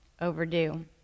overdue